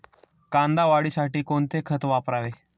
कांदा वाढीसाठी कोणते खत वापरावे?